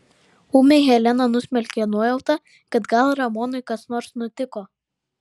ūmiai heleną nusmelkė nuojauta kad gal ramonui kas nors nutiko